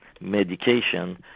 medication